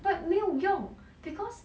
but 没有用 because